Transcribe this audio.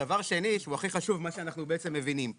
דבר שני, שהוא הכי חשוב, מה שאנחנו מבינים פה,